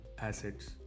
assets